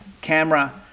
camera